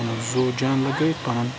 زُو جان لَگٲوِتھ پَنُن